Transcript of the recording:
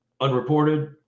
unreported